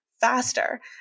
faster